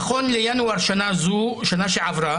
נכון לינואר שנה שעברה,